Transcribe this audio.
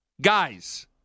guys